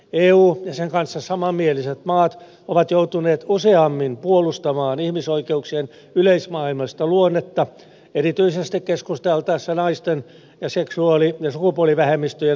eu ja sen kanssa samanmieliset maat ovat joutuneet useammin puolustamaan ihmisoikeuksien yleismaailmallista luonnetta erityisesti keskusteltaessa naisten ja seksuaali ja sukupuolivähemmistöjen oikeuksista